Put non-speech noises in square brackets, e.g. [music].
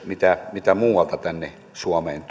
mitä mitä muualta tänne suomeen [unintelligible]